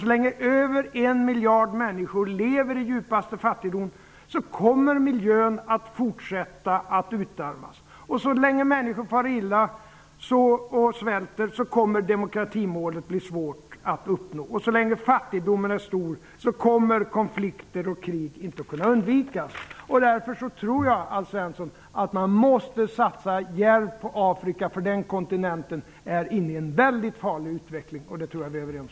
Så länge över en miljard människor lever i djupaste fattigdom kommer miljön att fortsätta att utarmas, och så länge människor svälter och far illa kommer demokratimålet att vara svårt att uppnå. Så länge fattigdomen är stor kommer inte heller konflikter och krig att kunna undvikas. Därför tror jag, Alf Svensson, att man måste satsa rejält på Afrika. Jag tror att vi är överens om att den kontinenten är inne i en väldigt farlig utveckling.